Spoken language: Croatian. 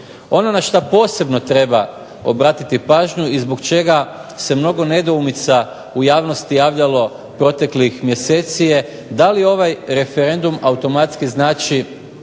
Ono na što posebno treba obratiti pažnju i zbog čega se mnogo nedoumica u javnosti javljalo proteklih mjeseci je da li ovaj referendum automatski znači